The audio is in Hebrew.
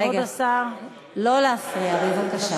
כבוד השר, לא להפריע בבקשה.